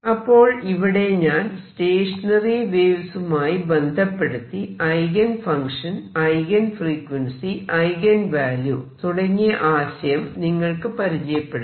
അപ്പോൾ ഇവിടെ ഞാൻ സ്റ്റേഷനറി വേവ്സുമായി ബന്ധപ്പെടുത്തി eigen function eigen frequency eigen value തുടങ്ങിയ ആശയം നിങ്ങൾക്ക് പരിചയപ്പെടുത്തി